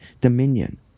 dominion